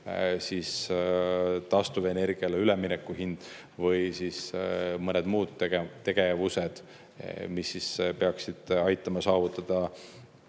kui taastuvenergiale ülemineku hind või mõned muud tegevused, mis peaksid aitama saavutada